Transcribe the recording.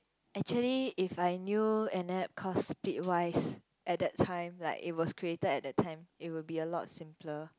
actually if I knew an App called Splitwise at that time like it was created at that time it will be a lot simpler